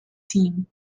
team